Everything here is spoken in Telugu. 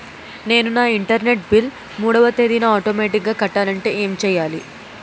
నేను నా ఇంటర్నెట్ బిల్ మూడవ తేదీన ఆటోమేటిగ్గా కట్టాలంటే ఏం చేయాలి?